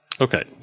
Okay